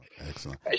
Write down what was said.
Excellent